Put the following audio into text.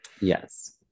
Yes